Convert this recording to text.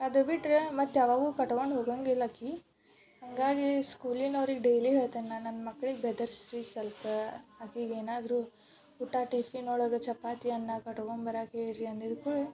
ಅದು ಬಿಟ್ಟರೆ ಮತ್ತು ಯಾವಾಗ್ಲೂ ಕಟ್ಕೊಂಡು ಹೋಗೋಂಗಿಲ್ಲ ಆಕೆ ಹಾಗಾಗಿ ಸ್ಕೂಲಿನವ್ರಿಗೆ ಡೈಲಿ ಹೇಳ್ತೀನಿ ನಾ ನನ್ನ ಮಕ್ಳಿಗೆ ಬೆದರಿಸ್ರಿ ಸ್ವಲ್ಪ ಆಕಿಗೆ ಏನಾದರೂ ಊಟ ಟಿಫಿನೊಳಗೆ ಚಪಾತಿ ಅನ್ನ ಕಟ್ಕೊಂಡ್ ಬರಕ್ಕ ಹೇಳಿರಿ ಅಂದಿದ್ದ ಕೂಡಲೇ